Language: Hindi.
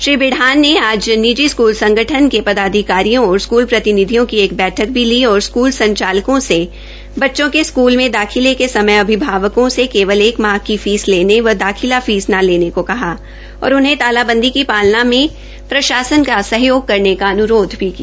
श्री बिढान ने आज निजी स्कल संगठन के पदाधिकारियों और स्कल प्रतिनिधियों की एक बैठक भी ली और स्कूल संचालकों से बच्चों के स्कूल में दाखिले के समय अभिभावकों से केवल एक माह की फीस लेने व दाखिला फीस न लेने को कहा और उन्हें तालाबंदी को पालना में प्रशासन का सहयोग करने का अनुरोध भी किया